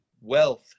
wealth